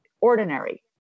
ordinary